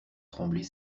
trembler